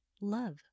love